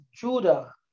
Judah